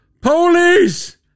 police